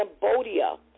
Cambodia